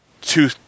two